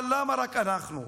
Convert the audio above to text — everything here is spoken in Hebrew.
אבל למה רק אנחנו?